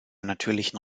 natürlichen